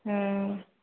हूँ